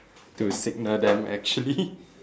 to signal them actually